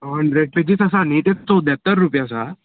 hundred pages आसा न्ही ते चवद्यात्तर रुपया आसा